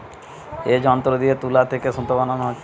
এ যন্ত্র দিয়ে তুলা থিকে সুতা বানানা হচ্ছে